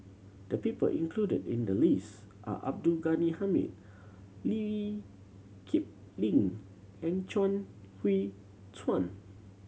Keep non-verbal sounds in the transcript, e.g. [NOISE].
the people included in the list are Abdul Ghani Hamid Lee [UNINTELLIGIBLE] Kip Lin and Chuang Hui Tsuan